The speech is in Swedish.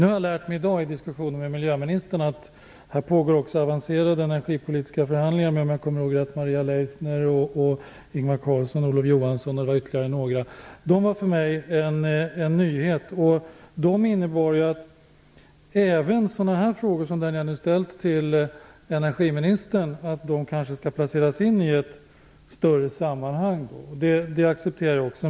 Jag har lärt mig i dag i diskussionen med miljöministern att det pågår avancerade energipolitiska förhandlingar med Maria Leissner, Ingvar Carlsson, Olof Johansson och ytterligare några. Det var en nyhet för mig. Det innebär att även sådana frågor som jag nu ställt till energiministern kanske skall placeras in i ett större sammanhang, och det accepterar jag.